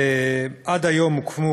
עד היום הוקמו,